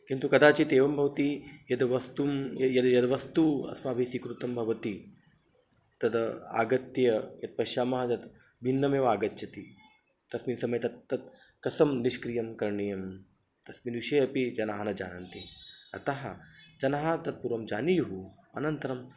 किन्तु कदाचित् एवं भवति यद्वस्तुं य यद्यद्वस्तु अस्माभिः स्वीकृतं भवति तत् आगत्य यत् पश्यामः तत् भिन्नमेव आगच्छति तस्मिन् समये तत् तत् कथं निष्क्रियं करणीयं तस्मिन् विषये अपि जनाः न जानन्ति अतः जनाः तत् पुर्वं जानीयुः अनन्तरं